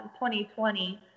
2020